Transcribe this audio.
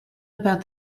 about